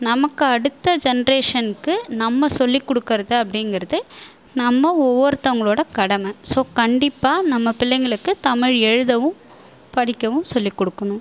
நமக்கு அடுத்த ஜென்ரேஷனுக்கு நம்ம சொல்லிக் கொடுக்கறது அப்படிங்கறது நம்ம ஒவ்வொருத்தவங்களோட கடமை ஸோ கண்டிப்பாக நம்ம பிள்ளைங்களுக்கு தமிழ் எழுதவும் படிக்கவும் சொல்லிக் கொடுக்கணும்